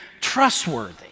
trustworthy